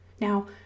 Now